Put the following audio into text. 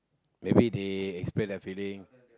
maybe they express their feeling